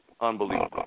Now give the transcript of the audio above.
unbelievable